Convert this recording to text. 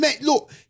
Look